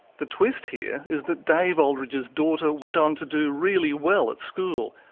the twist here is that dave aldridge's daughter went on to do really well at school,